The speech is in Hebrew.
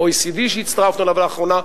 ה-OECD שהצטרפנו אליו לאחרונה,